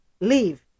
leave